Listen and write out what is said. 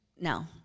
No